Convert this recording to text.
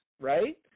right